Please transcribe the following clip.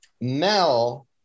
Mel